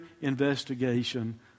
investigation